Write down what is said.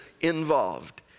involved